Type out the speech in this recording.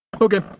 Okay